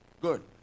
Good